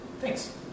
Thanks